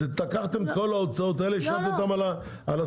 אז לקחתם את כל ההוצאות, השתם על הסופרים?